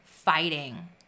fighting